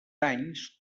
anys